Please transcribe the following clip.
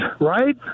right